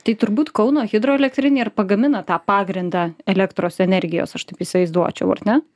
tai turbūt kauno hidroelektrinė ir pagamina tą pagrindą elektros energijos aš taip įsivaizduočiau ar ne